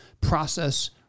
process